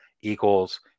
equals